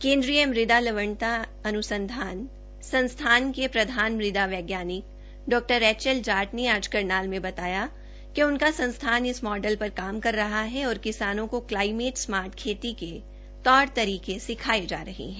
केन्द्रीय मृदा लवणता संस्थान के प्रधान वैज्ञानिक डॉ एच एल जाट ने आज करनाल में बताया कि उनका संस्थान इस मॉडल पर काम कर रहा है और किसानों के क्लाइमेट स्मार्ट खेती के तौर तरीके सिखाये जा रहे है